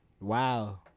wow